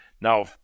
Now